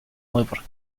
were